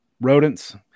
rodents